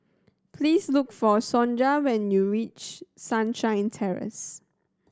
please look for Sonja when you reach Sunshine Terrace